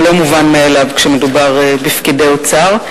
לא מובן מאליו כשמדובר בפקידי האוצר,